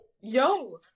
yo